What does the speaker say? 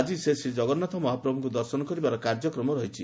ଆକି ସେ ଶ୍ରୀଜଗନ୍ନାଥ ମହାପ୍ରଭୁଙ୍କୁ ଦର୍ଶନ କରିବାର କାର୍ଯ୍ୟକ୍ରମ ରହିଛି